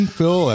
Phil